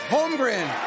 Holmgren